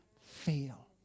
fail